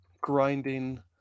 grinding